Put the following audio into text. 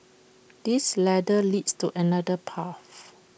this ladder leads to another path